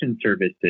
services